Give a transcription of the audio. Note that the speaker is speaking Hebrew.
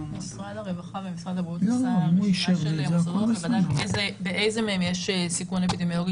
משרד הרווחה ומשרד הבריאות יקבע באיזה מהם יש סיכון אפידמיולוגי